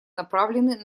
направлены